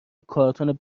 کارتون